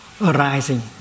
arising